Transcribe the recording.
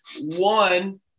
One